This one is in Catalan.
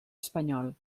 espanyol